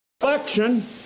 election